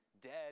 dead